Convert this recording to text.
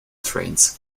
trains